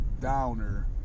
downer